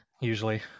usually